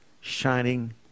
Shining